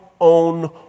own